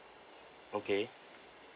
okay